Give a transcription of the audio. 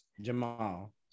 Jamal